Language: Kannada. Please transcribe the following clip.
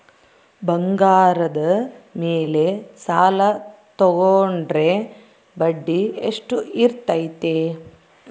ಬಂಗಾರದ ಮೇಲೆ ಸಾಲ ತೋಗೊಂಡ್ರೆ ಬಡ್ಡಿ ಎಷ್ಟು ಇರ್ತೈತೆ?